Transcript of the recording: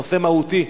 נושא מהותי,